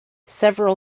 several